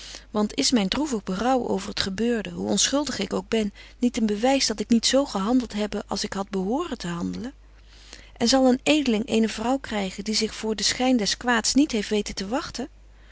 want is myn droevig berouw over t gebeurde hoe onschuldig ik ook ben niet een bewys dat ik niet zo gehandelt hebbe als ik had behoren te handelen en zal een edeling eene vrouw krygen die zich voor den schyn des kwaads niet heeft weten te wagten